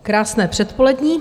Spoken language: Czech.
Krásné předpoledne.